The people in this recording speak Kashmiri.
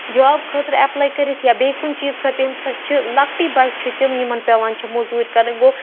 جوب خٲطرٕ ایپلاے کٔرِتھ یا بیٚیہِ کُنہِ چیٖز خٲطرٕ ییٚمہِ سۭتۍ چھِ لَکٹی بَچہِ چھِ تِم یِمَن پیٚوان چھِ موٚزوٗرۍ کَرٕنۍ گوٚو